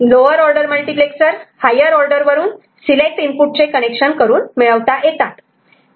lower order multiplexer higher order वरून select इनपुटचे connection करून मिळवता येतात